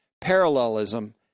parallelism